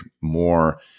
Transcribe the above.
more